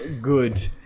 good